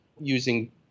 using